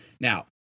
Now